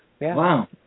Wow